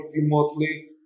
remotely